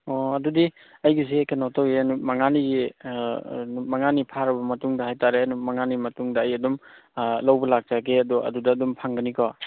ꯑꯣ ꯑꯗꯨꯗꯤ ꯑꯩꯒꯤꯁꯤ ꯀꯩꯅꯣ ꯇꯧꯋꯤ ꯅꯨꯃꯤꯠ ꯃꯉꯥꯅꯤꯒꯤ ꯅꯨꯃꯤꯠ ꯃꯉꯥꯅꯤ ꯐꯥꯔꯕ ꯃꯇꯨꯡꯗ ꯍꯥꯏꯇꯥꯔꯦ ꯅꯨꯃꯤꯠ ꯃꯉꯥꯅꯤ ꯃꯇꯨꯡꯗ ꯑꯩ ꯑꯗꯨꯝ ꯂꯧꯕ ꯂꯥꯛꯆꯒꯦ ꯑꯗꯣ ꯑꯗꯨꯗ ꯑꯗꯨꯝ ꯐꯪꯒꯅꯤꯀꯣ